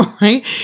right